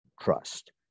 trust